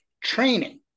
training